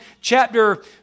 chapter